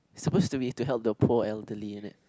suppose to be to help the poor elderly in it